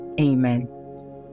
Amen